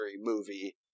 movie